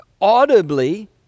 audibly